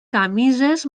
camises